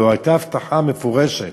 הלוא הייתה הבטחה מפורשת